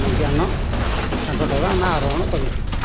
ଜ୍ଞାନ ତାଙ୍କଠାରୁ ଆମେ ଆହୋରଣ କରିଥାଉ